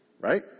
right